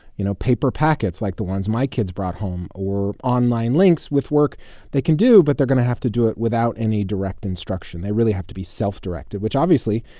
you know, paper packets, like the ones my kids brought home, or online links with work they can do, but they're going to have to do it without any direct instruction. they really have to be self-directed, which, obviously,